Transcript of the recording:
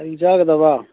ꯀꯔꯤ ꯆꯥꯒꯗꯕ